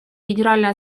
генеральной